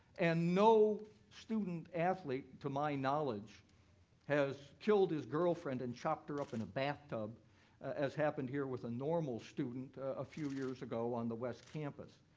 and no student athlete to my knowledge has killed his girlfriend and chopped her up in the bathtub as happened here with a normal student a few years ago on the west campus.